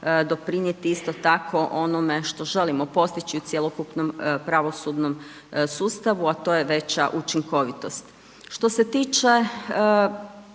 doprinijeti isto tako onome što želimo postići u cjelokupnom pravosudnom sustavu a to je veća učinkovitost. Što se tiče